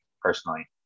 personally